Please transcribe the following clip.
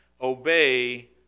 obey